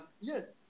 yes